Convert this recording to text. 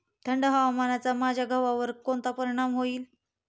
थंड हवामानाचा माझ्या गव्हावर कोणता परिणाम होईल?